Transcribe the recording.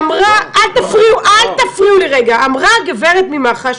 אמרה הגברת ממח"ש: